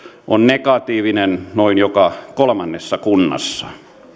on negatiivinen noin joka kolmannessa kunnassa